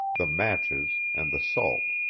the matches, and the salt.